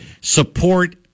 support